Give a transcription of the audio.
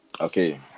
Okay